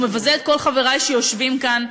הוא מבזה את כל חברי שיושבים כאן.